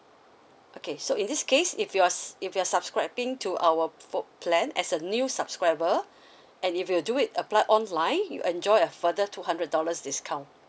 okay so in this case if you're s~ if you're subscribing to our pho~ plan as a new subscriber and if you do it apply online you enjoy a further two hundred dollars discount